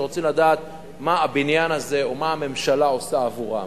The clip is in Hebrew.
שרוצים לדעת מה הבניין הזה או מה הממשלה עושה עבורם.